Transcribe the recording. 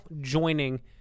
joining